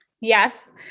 Yes